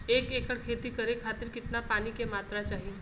एक एकड़ खेती करे खातिर कितना पानी के मात्रा चाही?